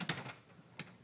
אני